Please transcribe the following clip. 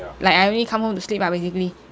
like I mean come home to sleep lah basically